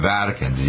Vatican